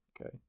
Okay